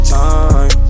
time